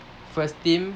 first team